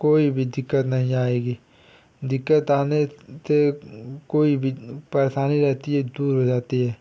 कोई भी दिक्कत नहीं आएगी दिक्कत आने थे कोई भी परेशानी रहती है दूर हो जाती है